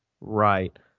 right